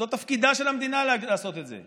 זה תפקידה של המדינה לעשות את זה.